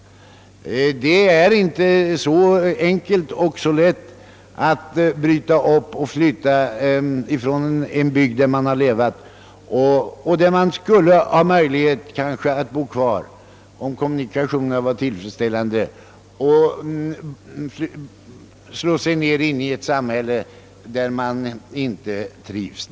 Det är inte så lätt att bryta upp och flytta från en bygd där man levat och där man kanske skulle haft möjlighet att bo kvar, om kommunikationerna hade varit tillfredsställande, och slå sig ned i ett samhälle där man inte trivs.